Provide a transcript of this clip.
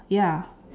ya